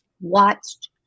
watched